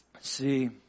See